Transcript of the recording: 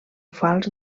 fals